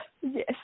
Yes